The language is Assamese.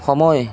সময়